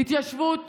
התיישבות